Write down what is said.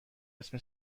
اسم